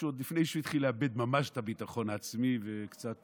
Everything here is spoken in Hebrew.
עוד לפני שהתחיל לאבד ממש את הביטחון העצמי וקצת